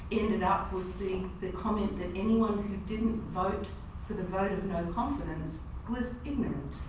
ended up with the the comment that anyone who didn't vote for the vote of no confidence was ignorant.